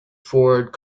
ford